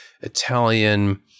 Italian